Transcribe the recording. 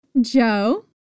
Joe